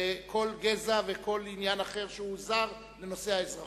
וכל גזע ועניין אחר שזר לנושא האזרחות.